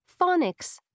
Phonics